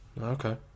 Okay